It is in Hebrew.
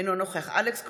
אינו נוכח אלכס קושניר,